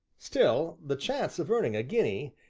still, the chance of earning a guinea,